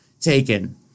taken